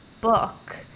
book